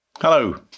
Hello